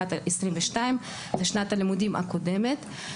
זאת שנת הלימודים הקודמת.